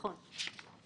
זה תיקון מאוד מאוד חשוב.